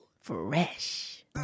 Fresh